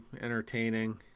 entertaining